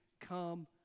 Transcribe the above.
come